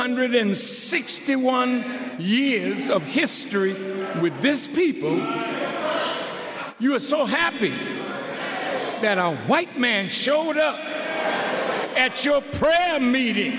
hundred and sixty one years of history with this people you are so happy that all white man showed up at your prayer meeting